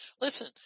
Listen